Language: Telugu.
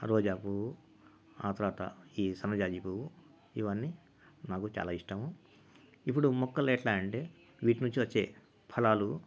రోజా పువ్వు ఆ తర్వాత ఈ సన్నజాజి పువ్వు ఇవన్నీ నాకు చాలా ఇష్టము ఇప్పుడు మొక్కలు ఎట్లా అంటే వీటి నుంచి వచ్చే ఫలాలు